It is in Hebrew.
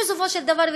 בסופו של דבר,